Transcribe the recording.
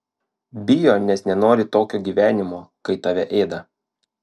bijo nes nenori tokio gyvenimo kai tave ėda